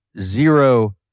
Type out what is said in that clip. zero